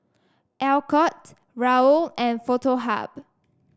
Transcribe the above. Alcott Raoul and Foto Hub